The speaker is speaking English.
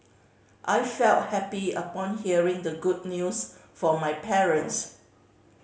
I felt happy upon hearing the good news from my parents